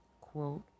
quote